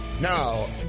now